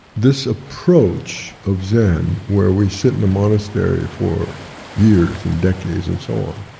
this approach of zen where we sit in a monastery for years and decades and so on,